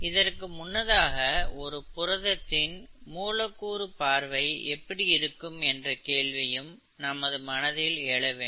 இதற்கு முன்னதாக ஒரு புரதத்தின் மூலக்கூறு பார்வை எப்படி இருக்கும் என்ற கேள்வியும் நமது மனதில் எழ வேண்டும்